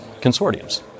consortiums